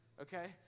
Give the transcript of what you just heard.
okay